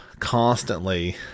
constantly